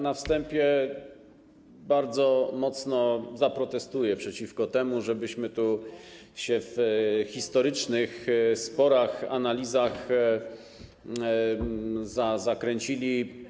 Na wstępie bardzo mocno zaprotestuję przeciwko temu, żebyśmy tu w historycznych sporach, analizach się zakręcili.